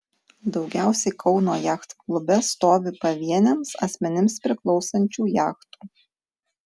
daugiausiai kauno jachtklube stovi pavieniams asmenims priklausančių jachtų